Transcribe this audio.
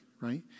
right